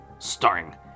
starring